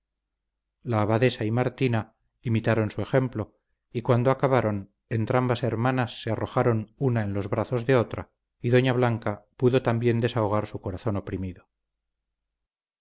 la abadesa y martina imitaron su ejemplo y cuando acabaron entrambas hermanas se arrojaron una en los abrazos de otra y doña blanca pudo también desahogar su corazón oprimido